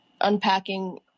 unpacking